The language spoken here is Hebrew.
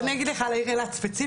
אז אני אגיד לך על העיר אילת ספציפית,